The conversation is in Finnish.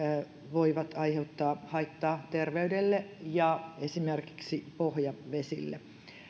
voivat aiheuttaa haittaa terveydelle ja esimerkiksi pohjavesille